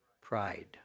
Pride